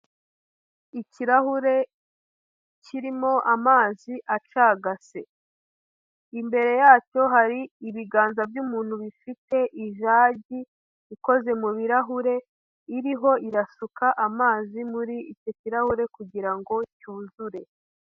Ikirahure kirimo amazi acagase. Imbere yacyo hari ibiganza by'umuntu bifite ijagi ikoze mu birahure iriho irasuka amazi muri icyo kirahure kugira ngo cyuzure.